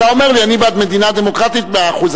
אתה אומר לי: אני בעד מדינה דמוקרטית מאה אחוז,